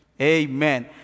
Amen